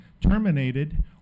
terminated